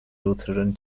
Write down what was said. lutheran